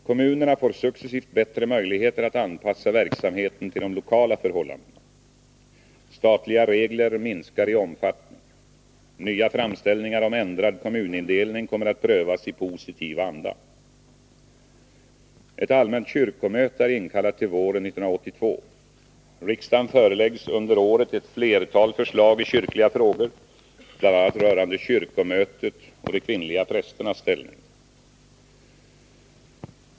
Kommunerna får successivt bättre möjligheter att anpassa verksamheten till de lokala förhållandena. Statliga regler minskar i omfattning. Nya framställningar om ändrad kommunindelning kommer att prövas i positiv anda. Ett allmänt kyrkomöte är inkallat till våren 1982. Riksdagen föreläggs under året ett flertal förslag i kyrkliga frågor, bl.a. rörande kyrkomötet och de kvinnliga prästernas ställning.